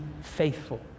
faithful